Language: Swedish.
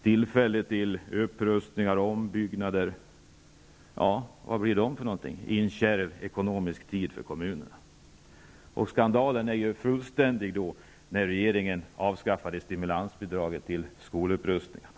Vad blir det då av dessa tillfällen till upprustningar i en kärv ekonomisk tid för kommunerna? Skandalen var fullständig när regeringen avskaffade stimulansbidraget till skolupprustningar.